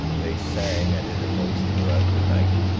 they sang at intervals throughout the night,